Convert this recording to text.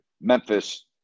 Memphis